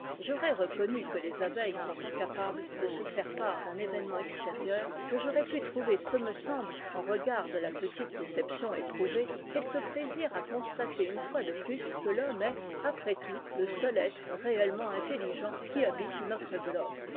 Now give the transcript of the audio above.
j'aurais reconnu que les abeilles sont incapables de se faire part d'un événemeit extérieur que j'aurais pu trouver ce me semble en regard de la petite déception éprouvée quelque plaisir à constater une fois de plus que l'homme est après tout le seul être réellement intelligent qui habite notre globe